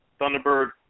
Thunderbird